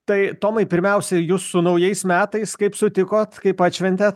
tai tomai pirmiausiai ju su naujais metais kaip sutikot kaip atšventėt